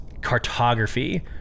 cartography